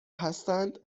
هستند